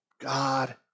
God